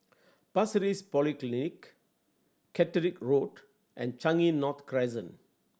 Pasir Ris Polyclinic Caterick Road and Changi North Crescent